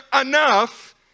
enough